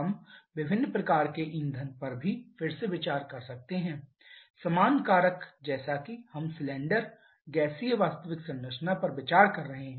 हम विभिन्न प्रकार के ईंधन पर भी फिर से विचार कर सकते हैं समान कारक जैसा कि हम सिलेंडर गैसीय वास्तविक संरचना पर विचार कर रहे हैं